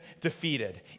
defeated